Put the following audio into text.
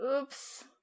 Oops